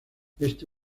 este